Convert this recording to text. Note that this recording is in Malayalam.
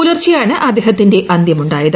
പുലർച്ചെയാണ് അദ്ദേഹത്തിന്റെ അന്ത്യമുണ്ടായത്